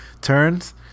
turns